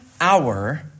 hour